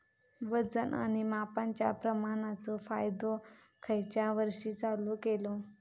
वजन आणि मापांच्या प्रमाणाचो कायदो खयच्या वर्षी चालू केलो?